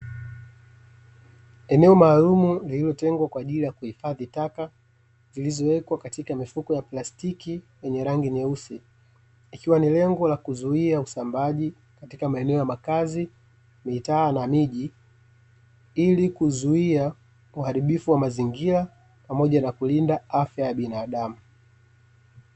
Eneo maalumu lililotengwa kwaajili ya kuhifadhi taka, zilizowekwa katika mifuko ya plastiki yenye rangi nyeusi, ikiwa ni lengo la kuzuia usambaaji katika maeneo ya makazi, mitaa na miji, ili kuzuia uharibifu wa mazingira pamoja na kulinda afya ya binadamu.